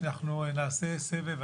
אנחנו נעשה סבב.